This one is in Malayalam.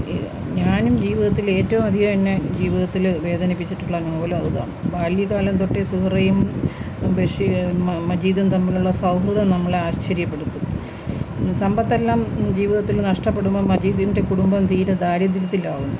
ഞാനും ജീവിതത്തിലേറ്റവും അധികമെന്നെ ജീവിതത്തില് വേദനിപ്പിച്ചിട്ടുള്ള നോവലും അതിതാണ് ബാല്യകാലം തൊട്ടേ സുഹറയും മജീദും തമ്മിലുള്ള സൗഹൃദം നമ്മളെ ആശ്ചര്യപ്പെടുത്തും സമ്പത്തെല്ലാം ജീവിതത്തില് നഷ്ടപ്പെടുമ്പോള് മജീദിന്റെ കുടുംബം തീരെ ദാരിദ്ര്യത്തിലാവുന്നു